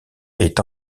est